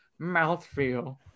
mouthfeel